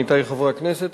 עמיתי חברי הכנסת,